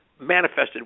manifested